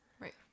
Right